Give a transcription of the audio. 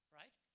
right